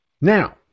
Now